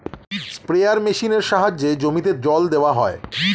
sprayer মেশিনের সাহায্যে জমিতে জল দেওয়া হয়